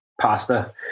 pasta